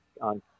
on